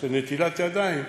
עושה נטילת ידיים,